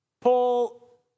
Paul